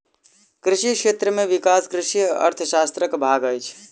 कृषि क्षेत्र में विकास कृषि अर्थशास्त्रक भाग अछि